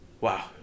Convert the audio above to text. wow